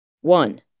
One